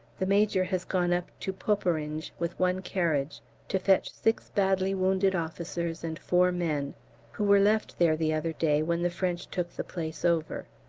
the major has gone up to poperinghe with one carriage to fetch six badly wounded officers and four men who were left there the other day when the french took the place over.